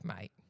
mate